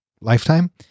lifetime